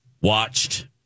watched